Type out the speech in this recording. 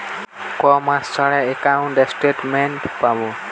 কয় মাস ছাড়া একাউন্টে স্টেটমেন্ট পাব?